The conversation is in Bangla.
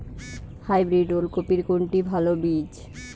হাইব্রিড ওল কপির কোনটি ভালো বীজ?